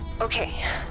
Okay